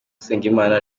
usengimana